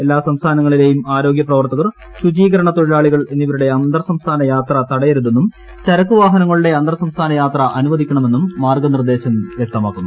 എല്ലാ സംസ്ഥാനങ്ങളിലെയും ആരോഗ്യ പ്രവർത്തകർ ശുചീകരണ തൊഴിലാളിൾ എന്നിവരുടെ അന്തർസംസ്ഥാന യാത്ര തടയരുതെന്നും ചരക്ക് വാഹനങ്ങളുടെ അന്തർസംസ്ഥാന യാത്ര അനുവദിക്കണമെന്നും മാർഗ്ഗ നിർദ്ദേശം വൃക്തമാക്കുന്നു